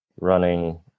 running